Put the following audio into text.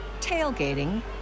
tailgating